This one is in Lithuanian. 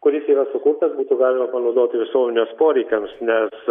kuris yra sukurtas būtų galima panaudoti visuomenės poreikiams nes